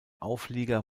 auflieger